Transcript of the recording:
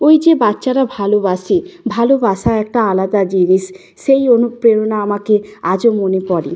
ওই যে বাচ্চারা ভালোবাসে ভালোবাসা একটা আলাদা জিনিস সেই অনুপ্রেরণা আমাকে আজও মনে পড়ে